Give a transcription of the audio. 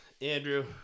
andrew